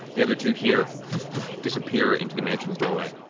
the other two here disappear into the mansion's doorway.